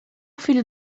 filho